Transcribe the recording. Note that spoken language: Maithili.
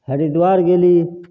हरिद्वार गेली